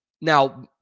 Now